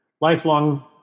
lifelong